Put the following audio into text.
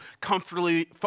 comfortably